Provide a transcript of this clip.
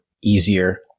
easier